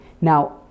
Now